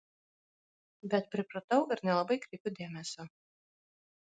bet pripratau ir nelabai kreipiu dėmesio